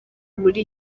muri